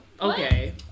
okay